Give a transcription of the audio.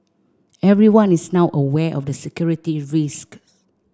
everyone is now aware of the security risk